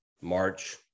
March